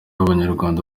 abanyarwanda